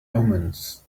omens